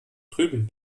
drüben